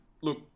look